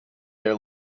their